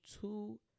two